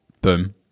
Boom